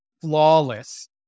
Flawless